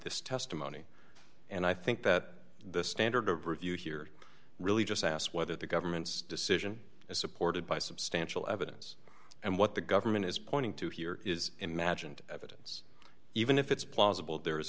this testimony and i think that the standard of review here really just asked whether the government's decision is supported by substantial evidence and what the government is pointing to here is imagined evidence even if it's plausible there